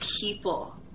people